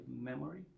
memory